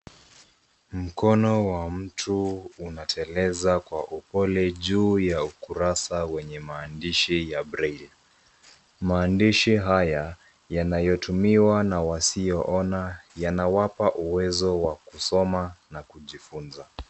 Mkono wa mtu unateleza kwa upole juu ya ukurasa wenye maandishi ya braili. Maandishi haya, yanayotumiwa na wasioona yanawapa uwezo wa kusoma na kujifunza.